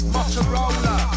Motorola